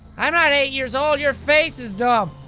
i'm not eight years old your face is dumb!